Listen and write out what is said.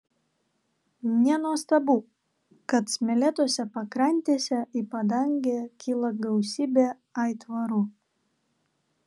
nenuostabu kad smėlėtose pakrantėse į padangę kyla gausybė aitvarų